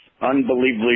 unbelievably